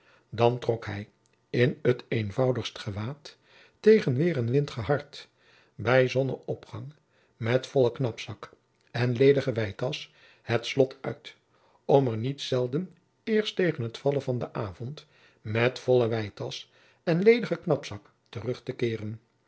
dan trok hij in t eenvoudigst gewaad tegen weer en wind gehard bij zonnenopgang met voljacob van lennep de pleegzoon len knapzak en ledige weitasch het slot uit om er niet zelden eerst tegen het vallen van den avond met volle weitasch en ledigen knapzak terug te keeren